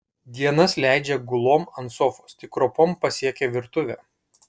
dienas leidžia gulom ant sofos tik ropom pasiekia virtuvę